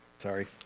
Sorry